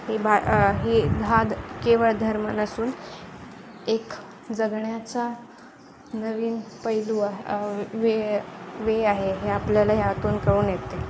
ही भा हे धा केवळ धर्म नसून एक जगण्याचा नवीन पैलू वे वे आहे हे आपल्याला यातून करून येते